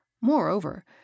Moreover